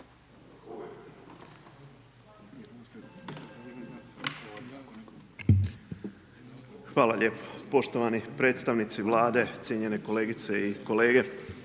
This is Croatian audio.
Hvala lijepo, poštovani predstavnici Vlade, cijenjene kolegice i kolege,